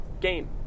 game